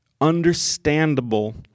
understandable